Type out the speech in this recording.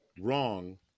wrong